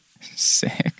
Sick